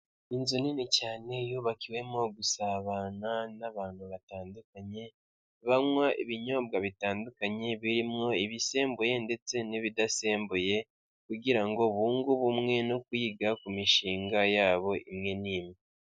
Inzu nini cyane yubakiwemo gusabana n'abantu batandukanye, banywa ibinyobwa bitandukanye bimwo ibisembuye, ndetse n'ibidasembuye, kugira ngo bunge ubumwe no kwiga ku mishinga yabo imwe n'imwe.